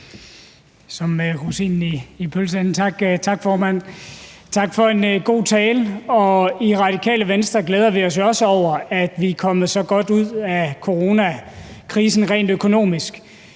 som rosinen i pølseenden. Tak, formand. Tak for en god tale. I Radikale Venstre glæder vi os jo også over, at vi er kommet så godt ud af coronakrisen rent økonomisk.